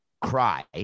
cry